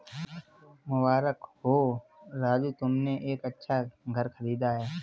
मुबारक हो राजू तुमने एक अच्छा घर खरीदा है